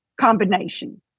combination